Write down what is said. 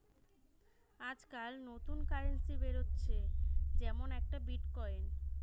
আজকাল নতুন কারেন্সি বেরাচ্ছে যেমন একটা বিটকয়েন